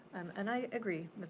and i agree